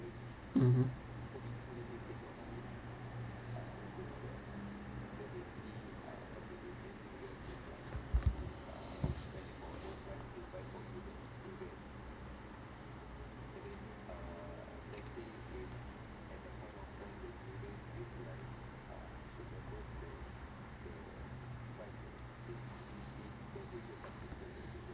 mmhmm